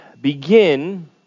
begin